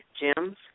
gyms